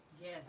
yes